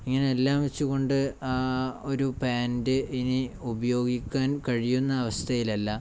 ഇങ്ങനെ എല്ലാം വെച്ചുകൊണ്ട് ആ ഒരു പാൻറ് ഇനി ഉപയോഗിക്കാൻ കഴിയുന്ന അവസ്ഥയിലല്ല